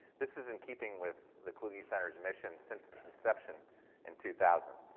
this is in keeping with the kluge center's mission since its inception in two thousand.